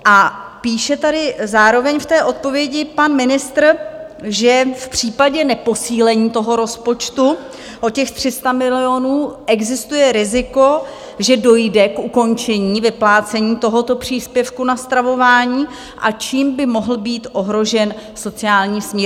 A píše tady zároveň v té odpovědi pan ministr, že v případě neposílení toho rozpočtu o těch 300 milionů existuje riziko, že dojde k ukončení vyplácení tohoto příspěvku na stravování a tím by mohl být ohrožen sociální smír.